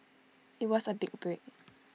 IT was A big break